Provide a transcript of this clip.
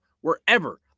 wherever